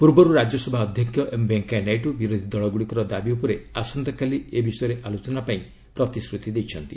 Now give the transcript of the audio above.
ପୂର୍ବରୁ ରାଜ୍ୟସଭା ଅଧ୍ୟକ୍ଷ ଏମ୍ ଭେଙ୍କୟା ନାଇଡୁ ବିରୋଧୀ ଦଳଗୁଡ଼ିକର ଦାବି ଉପରେ ଆସନ୍ତାକାଲି ଏ ବିଷୟରେ ଆଲୋଚନା ପାଇଁ ପ୍ରତିଶ୍ରତି ଦେଇଛନ୍ତି